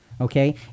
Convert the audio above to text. okay